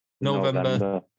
November